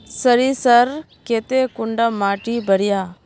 सरीसर केते कुंडा माटी बढ़िया?